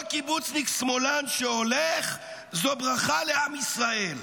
כל קיבוצניק שמאלן שהולך זו ברכה לעם ישראל.